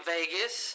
Vegas